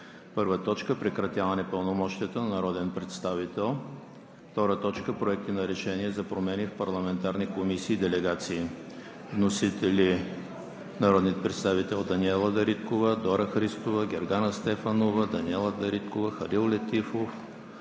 2020 г.: „1. Прекратяване пълномощията на народен представител. 2. Проекти на решения за промени в парламентарни комисии и делегации. Вносители са народните представители Даниела Дариткова; Дора Христова; Гергана Стефанова; Даниела Дариткова; Халил Летифов.